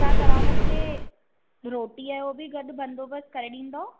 छा तव्हां मूंखे रोटीअ जो बि गॾु बंदोबस्तु करे ॾींदव